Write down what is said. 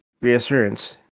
reassurance